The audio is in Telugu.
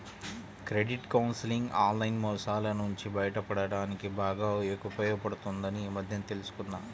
క్రెడిట్ కౌన్సిలింగ్ ఆన్లైన్ మోసాల నుంచి బయటపడడానికి బాగా ఉపయోగపడుతుందని ఈ మధ్యనే తెల్సుకున్నా